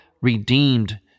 redeemed